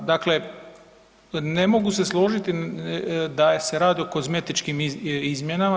Dakle, ne mogu se složiti da se radi o kozmetičkim izmjenama.